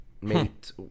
mate